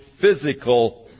physical